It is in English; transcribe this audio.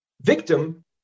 victim